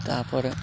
ତାପରେ